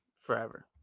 forever